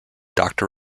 doctor